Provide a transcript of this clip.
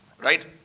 Right